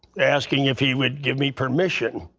asking if he would give me permission.